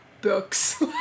books